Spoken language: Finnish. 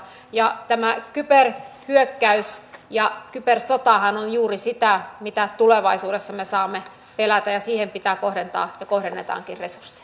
ja koska se on oikeusministeriön vastuulla niin ilman muuta tähän suhtaudutaan vakavasti ja kaikkiin ideoihin jotka tulevat oppositiostakin suhtaudun aina vakavasti